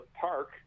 park